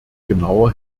genauer